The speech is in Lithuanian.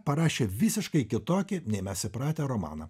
parašė visiškai kitokį nei mes įpratę romaną